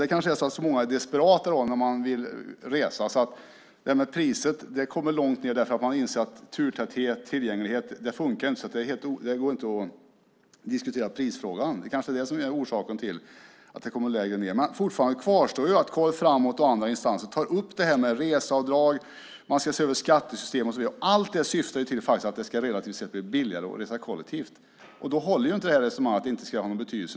Det kanske är så många som är desperata när de vill resa att priset kommer långt ned därför att man inser att turtäthet och tillgänglighet inte funkar, och då går det inte att diskutera prisfrågan. Det kanske är det som är orsaken att det kommer längre ned. Fortfarande kvarstår att Koll framåt och andra instanser tar upp reseavdrag och att man ska se över skattesystem. Allt det syftar till att det relativt sett ska bli billigare att resa kollektivt. Då håller inte resonemanget att det inte ska ha någon betydelse.